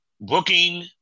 booking